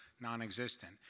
non-existent